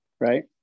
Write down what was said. Right